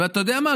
ואתה יודע מה?